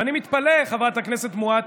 ואני מתפלא, חברת הכנסת מואטי,